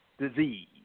disease